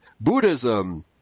Buddhism